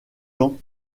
temps